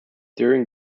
during